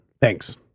Thanks